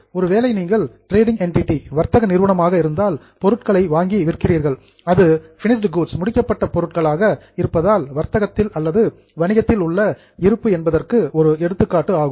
ஒருவேளை நீங்கள் trading entity வர்த்தக நிறுவனமான இருந்தால் பொருட்களை வாங்கி விற்கிறீர்கள் அது பின்னிஸ்ட் கூட்ஸ் முடிக்கப்பட்ட பொருட்களாக இருப்பதால் வர்த்தகத்தில் அல்லது வணிகத்தில் உள்ள இருப்பு என்பதற்கு ஒரு எடுத்துக்காட்டு ஆகும்